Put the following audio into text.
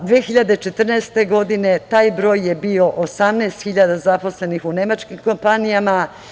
Godine 2014. taj broj je bio 18.000 zaposlenih u nemačkim kompanijama.